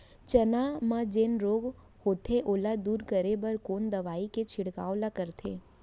चना म जेन रोग होथे ओला दूर करे बर कोन दवई के छिड़काव ल करथे?